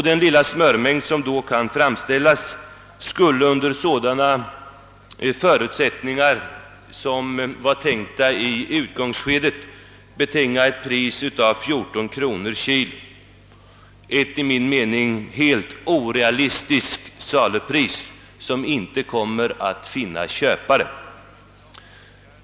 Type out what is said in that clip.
Den lilla smörmängd som då kan framställas skulle under sådana förutsättningar som man tänkte sig i utgångsskedet betinga ett pris av 14 kronor per kilo — ett enligt min mening helt orealistiskt salupris på smöret som då inte kommer att finna köpare.